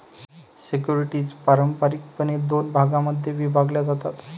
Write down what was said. securities पारंपारिकपणे दोन भागांमध्ये विभागल्या जातात